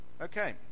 okay